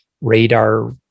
radar